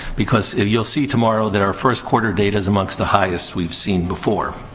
because you'll see tomorrow that our first quarter data's amongst the highest we've seen before.